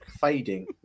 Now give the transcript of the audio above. fading